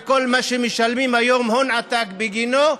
וכל מה שמשלמים היום הון עתק בגינו,